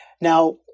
Now